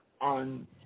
on